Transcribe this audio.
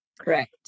Correct